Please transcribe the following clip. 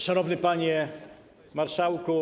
Szanowny Panie Marszałku!